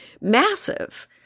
massive